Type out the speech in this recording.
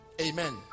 Amen